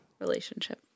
relationship